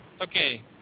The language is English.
Okay